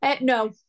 no